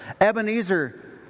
Ebenezer